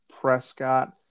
Prescott